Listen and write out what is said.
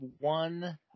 one